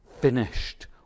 finished